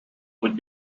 would